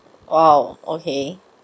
oh okay